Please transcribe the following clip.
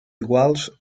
iguals